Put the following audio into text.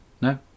No